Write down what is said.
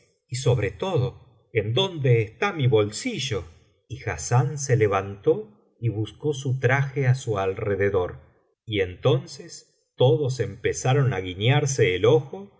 y sobre todo en dónde está mi bolsillo y hassán se levantó y buscó su traje á su alrededor y entonces todos empezaron á guiñarse el